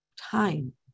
time